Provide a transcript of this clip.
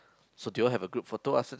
so do you all have a group photo after that